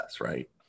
right